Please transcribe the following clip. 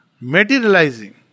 Materializing